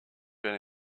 been